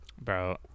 Bro